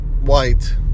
White